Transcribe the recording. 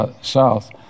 south